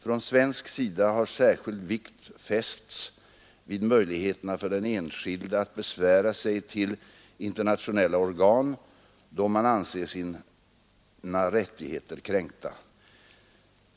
Från svensk sida har särskild vikt fästs vid möjligheterna för den enskilde att besvära sig 125 till internationella organ, då man anser sina rättigheter kränkta.